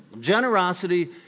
Generosity